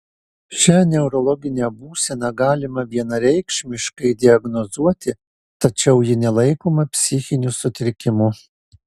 šią neurologinę būseną galima vienareikšmiškai diagnozuoti tačiau ji nelaikoma psichiniu sutrikimu